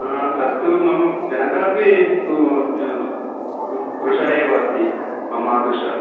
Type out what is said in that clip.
हा तत्तु मम जनकः अपि स्थूलः कृशः एव अस्ति ममादृशः